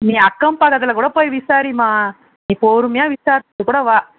நீ அக்கம் பக்கத்திலக் கூட போய் விசாரிம்மா நீ பொறுமையாக விசாரிச்சுட்டுக் கூட வா